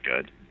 good